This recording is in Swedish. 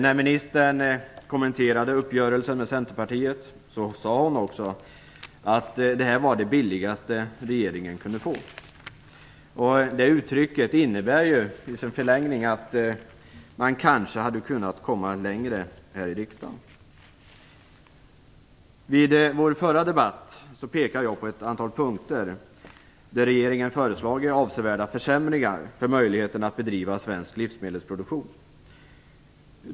När ministern kommenterade uppgörelsen med Centerpartiet sade hon också att det var det billigaste som regeringen kunde få. Det innebär i förlängningen att man kanske hade kunnat komma längre här i riksdagen. Vid vår förra debatt pekade jag på det antal punkter där regeringen hade föreslagit avsevärda försämringar när det gällde möjligheterna att bedriva svensk livsmedelproduktion.